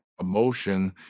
emotion